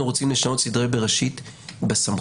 אנחנו רוצים לשנות סדרי בראשית בסמכויות.